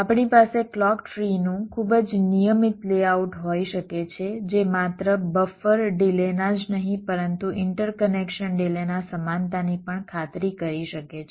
આપણી પાસે ક્લૉક ટ્રીનું ખૂબ જ નિયમિત લેઆઉટ હોઈ શકે છે જે માત્ર બફર ડિલેના જ નહીં પરંતુ ઇન્ટરકનેક્શન ડિલેના સમાનતાની પણ ખાતરી કરી શકે છે